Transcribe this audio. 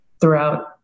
throughout